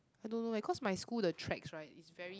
I don't know leh cause my school the tracks right is very